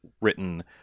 written